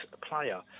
Player